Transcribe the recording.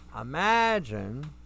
imagine